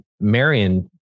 Marion